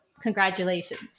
Congratulations